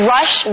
Rush